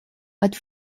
but